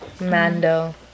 Mando